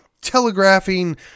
telegraphing